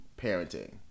parenting